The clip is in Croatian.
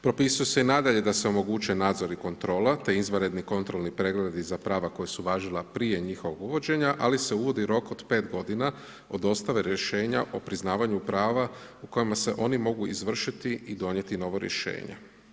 Propisuje se i nadalje da se omogućuje nadzor i kontrola te izvanredni kontrolni pregledi za prava koja su važila prije njihovog uvođenja, ali se uvodi rok od 5 godina od dostave rješenja o priznavanju prava u kojima se oni mogu izvršiti i donijeti novo rješenje.